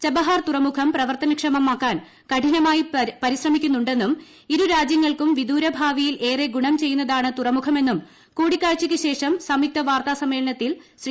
Chabahar തുറമുഖം പ്രവർത്തനക്ഷമമാക്കാൻ കഠിനമായി പരിശ്രമിക്കുന്നുണ്ടെന്നും ഇരു രാജ്യങ്ങൾക്ക് വിദൂര ഭാവിയിൽ ഏറെ ഗുണം ചെയ്യുന്നതാണ് തുറമുഖമെന്നും കൂടിക്കാഴ്ചയ്ക്കു ശേഷം സംയുക്ത വാർത്താ സമ്മേളനത്തിൽ ശ്രീ